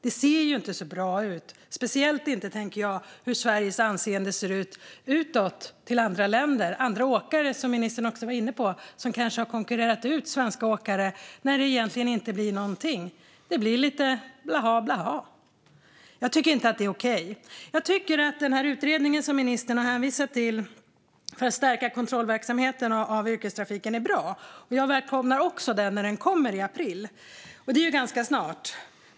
Det ser inte så bra ut, speciellt inte med tanke på Sveriges anseende utåt, gentemot andra länder, när andra åkare - som ministern också var inne på - kanske har konkurrerat ut svenska åkare och det sedan egentligen inte händer något mer än att det blir lite blaha blaha. Jag tycker inte att det är okej. Den utredning för att stärka kontrollen av yrkestrafiken som ministern hänvisar till är bra. Jag välkomnar också den när den kommer i april. Det är ganska snart.